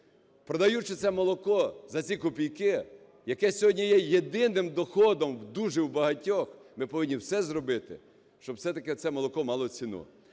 продаючи це молоко за ці копійки, яке сьогодні є єдиним доходом дуже в багатьох, ми повинні все зробити, щоб все-таки це молоко мало ціну.